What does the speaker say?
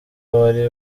wari